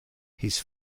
his